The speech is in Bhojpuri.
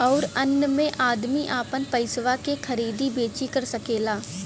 अउर अन्य मे अदमी आपन पइसवा के खरीदी बेची कर सकेला